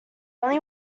only